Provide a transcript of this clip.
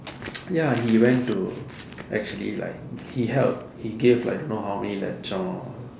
ya he went to actually like he helped he gave like don't know how many லட்சம்:latsam